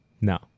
no